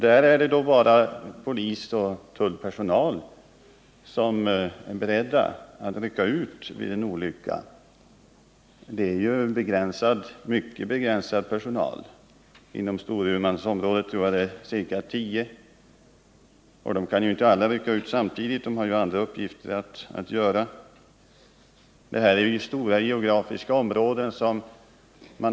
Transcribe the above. Där är det bara polis och tullpersonal som är beredd att rycka ut vid en olycka. Det är en mycket begränsad personal. Inom Storumans område tror jag det är ca tio personer, och de kan inte alla rycka ut samtidigt; de har andra uppgifter också. Det gäller stora geografiska områden.